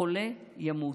החולה ימות,